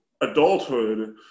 adulthood